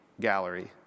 Gallery